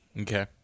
Okay